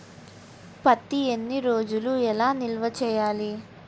పత్తి ఎన్ని రోజులు ఎలా నిల్వ ఉంచాలి?